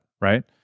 right